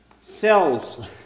cells